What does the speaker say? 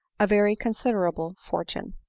a very considerable fortune.